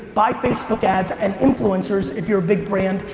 buy facebook ads and influencers if you're a big brand,